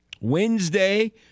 Wednesday